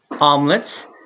omelets